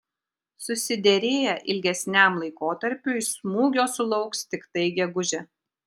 susiderėję ilgesniam laikotarpiui smūgio sulauks tiktai gegužę